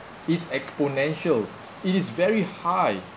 is exponential it is very high